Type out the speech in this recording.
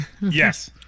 Yes